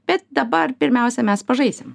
bet dabar pirmiausia mes pažaisim